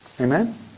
Amen